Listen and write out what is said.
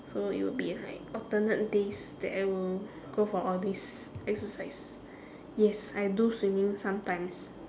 so it will be like alternate days that I will go for all this exercise yes I do swimming sometimes